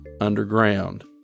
underground